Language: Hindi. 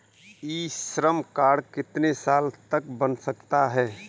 ई श्रम कार्ड कितने साल तक बन सकता है?